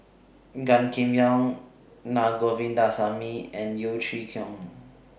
Gan Kim Yong Naa Govindasamy and Yeo Chee Kiong